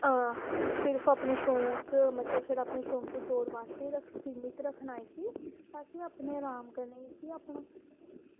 ते सिर्फ अपनी शौक बास्तै रक्खना इस्सी असें अपने रहाम आस्तै